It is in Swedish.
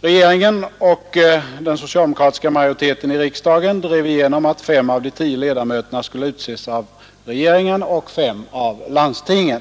Regeringen och den socialdemokratiska majoriteten i riksdagen drev igenom att fem av de tio ledamöterna skulle utses av regeringen och fem av landstingen.